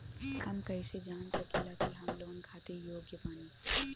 हम कईसे जान सकिला कि हम लोन खातिर योग्य बानी?